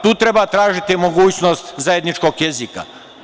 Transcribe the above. Tu treba tražiti mogućnost zajedničkog jezika.